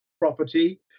property